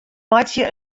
meitsje